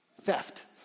theft